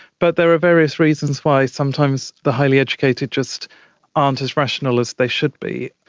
but there are various reasons why sometimes the highly educated just aren't as rational as they should be.